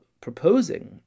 proposing